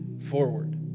forward